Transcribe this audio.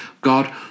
God